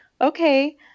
okay